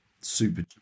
super